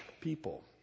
people